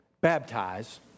baptize